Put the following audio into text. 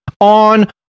on